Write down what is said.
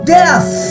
death